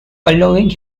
following